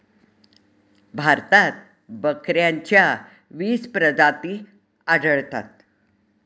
भारतात बकऱ्यांच्या वीस प्रजाती आढळतात